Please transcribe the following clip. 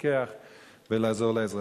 לפקח ולעזור לאזרחים.